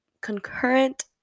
concurrent